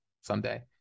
someday